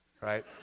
right